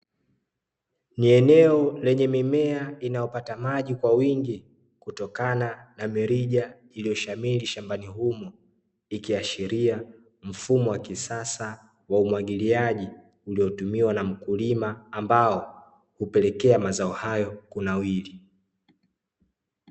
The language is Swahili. Ni eneo lenye mimea inayopata maji kwa wingi, kutokana na mirija iliyoshamiri shambani humo, ikiashiria mfumo wa kisasa wa umwagiliaji, uliotumiwa na mkulima ambao hupelekea mazao hayo kunawiri.